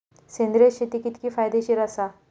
सेंद्रिय शेती कितकी फायदेशीर आसा?